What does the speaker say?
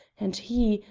and he,